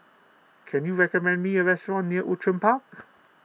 can you recommend me a restaurant near Outram Park